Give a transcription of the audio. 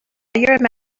your